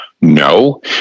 no